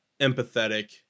empathetic